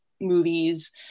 movies